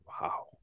Wow